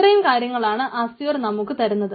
ഇത്രയും കാര്യങ്ങളാണ് അസ്യുർ നമുക്ക് തരുന്നത്